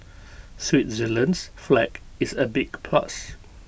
Switzerland's flag is A big plus